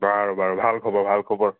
বাৰু বাৰু ভাল খবৰ ভাল খবৰ